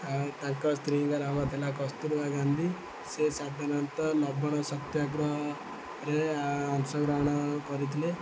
ଆଉ ତାଙ୍କ ସ୍ତ୍ରୀଙ୍କ ନାମ ହେଥିଲା କସ୍ତୁରବା ଗାନ୍ଧୀ ସେ ସାଧାରଣତଃ ଲବଣ ସତ୍ୟାଗ୍ରରେ ଅଂଶଗ୍ରହଣ କରିଥିଲେ